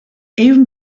even